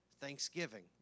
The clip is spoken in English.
Thanksgiving